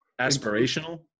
aspirational